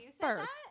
first